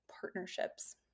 partnerships